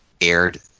aired